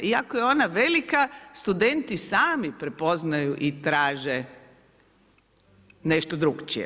I ako je ona velika, studenti sami prepoznaju i traže nešto drukčije.